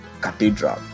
Cathedral